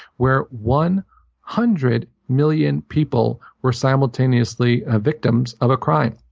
where one hundred million people were simultaneously ah victims of a crime.